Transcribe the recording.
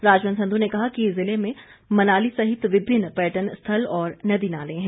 राजवंत संधू ने कहा कि जिले में मनाली सहित विभिन्न पर्यटन स्थल और नदी नाले हैं